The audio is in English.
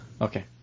Okay